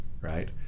right